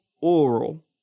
Oral